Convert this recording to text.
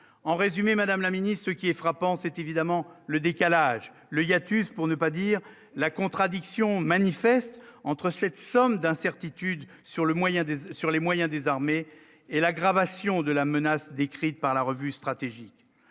en résumé : Madame la ministre, qui est frappant, c'est évidemment le décalage le hiatus pour ne pas dire la contradiction manifeste entre cette somme d'incertitudes sur le moyen de sur les moyens des armées et l'aggravation de la menace décrite par la revue stratégique